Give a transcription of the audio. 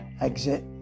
exit